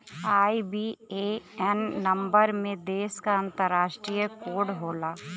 IBAN number में देश क अंतरराष्ट्रीय कोड होला